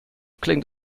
klingt